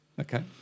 Okay